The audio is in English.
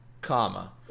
comma